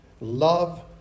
love